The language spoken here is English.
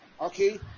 okay